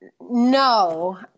no